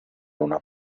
una